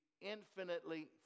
infinitely